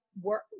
work